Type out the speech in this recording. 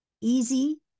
easy